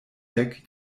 dek